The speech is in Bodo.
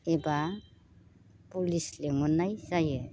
एबा पुलिस लिंहरनाय जायो